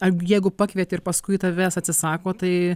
ar jeigu pakvietė ir paskui tavęs atsisako tai